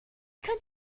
könnt